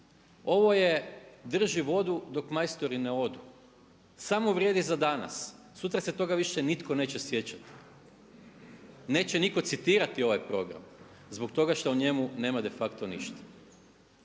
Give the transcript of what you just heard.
Ovo je drži vodu dok majstori ne odu, samo vrijedi za danas. Sutra se toga više nitko neće sjećati. Neće nitko citirati ovaj program zbog toga što u njemu nema de facto ništa.